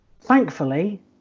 Thankfully